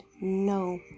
no